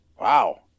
Wow